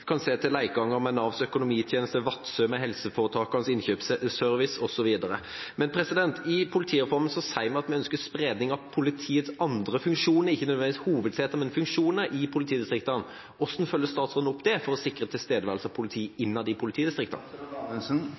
kan se til Leikanger med NAV Økonomitjenester, Vadsø med Helseforetakenes innkjøpsservice, osv. I politireformen sies det at vi ønsker spredning av politiets andre funksjoner – ikke nødvendigvis hovedsete, men funksjoner – i politidistriktene. Hvordan følger statsråden opp dette for å sikre denne tilstedeværelsen av politi i hele politidistriktet? Det siste vil bli fulgt opp nå i